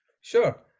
sure